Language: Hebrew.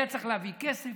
היה צריך להביא כסף.